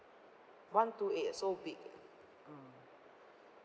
one two eight ah so big ah ah